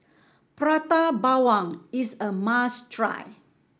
Prata Bawang is a must try